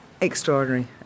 extraordinary